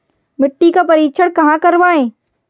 मिट्टी का परीक्षण कहाँ करवाएँ?